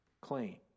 claim